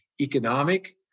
economic